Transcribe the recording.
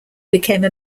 became